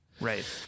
Right